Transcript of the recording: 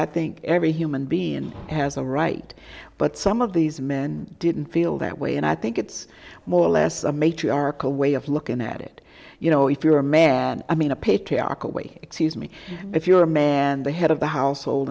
i think every human being has a right but some of these men didn't feel that way and i think it's more or less a matriarchal way of looking at it you know if you're a man i mean a patriarchal way excuse me if you're a man the head of the household